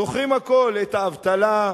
זוכרים הכול: את האבטלה,